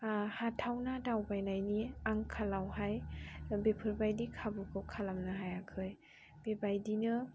हाथावना दावबायनायनि आंखालावहाय बेफोरबायदि खाबुखौ खालामनो हायाखै बेबायदिनो